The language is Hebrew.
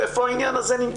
איפה נמצא העניין הזה.